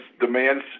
demands